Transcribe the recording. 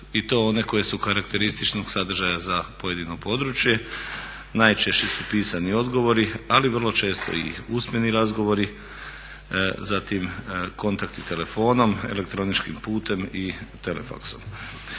i to one koje su karakterističnog sadržaja za pojedino područje, najčešće su pisani odgovori, ali vrlo često i usmeni razgovori, zatim kontakti telefonom, elektroničkim putem i telefaksom.